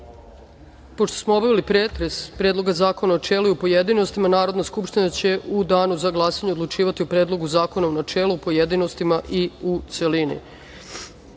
smo obavili pretres Predloga zakona u načelu i u pojedinostima, Narodna skupština će u danu za glasanje odlučivati o Predlogu zakona u načelu, pojedinostima